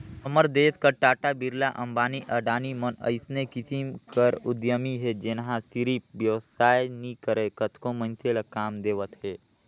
हमर देस कर टाटा, बिरला, अंबानी, अडानी मन अइसने किसिम कर उद्यमी हे जेनहा सिरिफ बेवसाय नी करय कतको मइनसे ल काम देवत हे